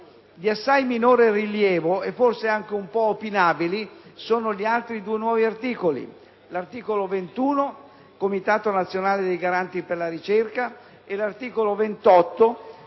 Di assai minore rilievo e forse anche un po' opinabili sono gli altri due nuovi articoli: l'articolo 21 («Comitato nazionale dei garanti per la ricerca») e l'articolo 28